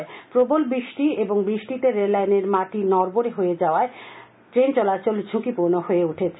কিন্তু প্রবল বৃষ্টি এবং বৃষ্টিতে রেল লাইনের মাটি নড়বড়ে হয়ে পড়ায় ট্রেন চলাচল ঝুকিপূর্ণ হয়ে উঠেছে